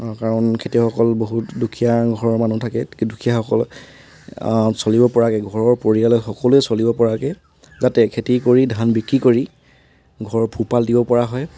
কাৰণ খেতিয়কসকল বহুত দুখীয়া ঘৰৰ মানুহ থাকে দুখীয়াসকল চলিব পৰাকৈ ঘৰৰ পৰিয়ালৰ সকলোৱে চলিব পৰাকৈ যাতে খেতি কৰি ধান বিক্ৰী কৰি ঘৰ পোহ পাল দিব পৰা হয়